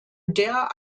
der